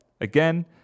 Again